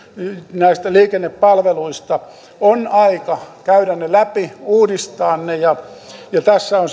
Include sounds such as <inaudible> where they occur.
näistä liikennepalveluista on aika käydä ne läpi uudistaa ne ja tässä on <unintelligible>